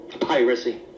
piracy